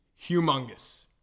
humongous